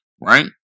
Right